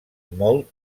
molt